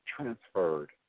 transferred